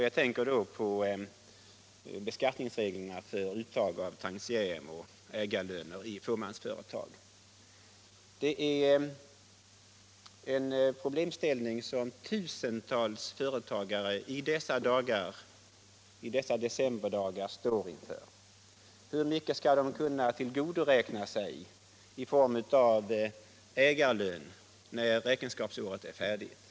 Jag tänker på beskattningsreglerna för uttag av tantiem och ägarlöner i fåmansföretag. Tiotusentals företagare står i dessa decemberdagar inför frågan hur mycket de skall kunna tillgodoräkna sig i form av ägarlön när räkenskapsåret gått till sitt slut.